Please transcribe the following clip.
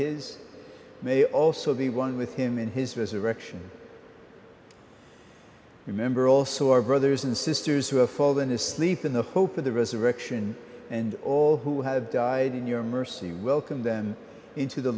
his may also be one with him in his resurrection remember also our brothers and sisters who have fallen asleep in the hope of the resurrection and all who have died in your mercy welcomed them into the